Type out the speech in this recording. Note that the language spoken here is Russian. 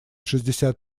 шестьдесят